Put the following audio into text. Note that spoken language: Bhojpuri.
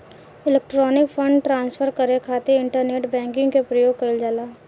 इलेक्ट्रॉनिक फंड ट्रांसफर करे खातिर इंटरनेट बैंकिंग के प्रयोग कईल जाला